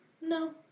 No